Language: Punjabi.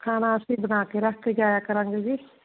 ਖਾਣਾ ਅਸੀਂ ਬਣਾ ਕੇ ਰੱਖ ਕੇ ਜਾਇਆ ਕਰਾਂਗੇ ਜੀ